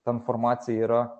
ta informacija yra